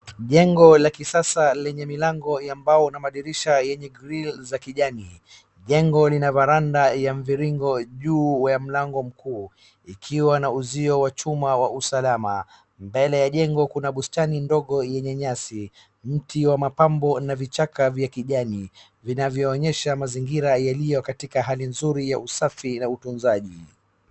Jengo la kisasa lenye milango ya mbao na madirisha yenye grill za kijani. Jengo lina varanda ya mviringo juu ya mlango mkuu ikiwa na uzio wa chuma wa usalama. Mbele ya jengo kuna bustani ndogo yenye nyasi, mti wa mapambo na vichaka vya kijani vinavyoonyesha mazingira yaliyo katika hali nzuri ya usafi na utunzaji.